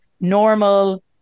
normal